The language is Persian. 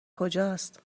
کجاست